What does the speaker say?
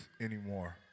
anymore